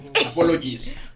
Apologies